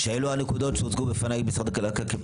אלה הנקודות שהוצגו בפניי כפערים.